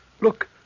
Look